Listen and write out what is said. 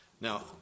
Now